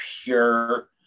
pure